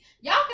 Y'all